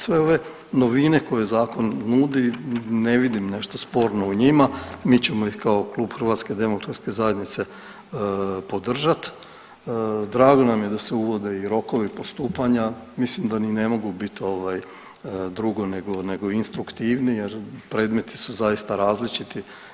Sve ove novine koje zakon nudi, ne vidim nešto sporno u njima, mi ćemo ih kao Klub HDZ-a podržati, drago nam je i da se uvode i rokovi postupanja, mislim da i ne mogu biti ovaj, drugo nego instruktivniji jer, predmeti su zaista različiti.